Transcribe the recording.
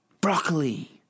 broccoli